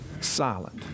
silent